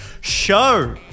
show